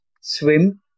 swim